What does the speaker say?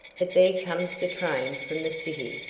but there comes the train from the city.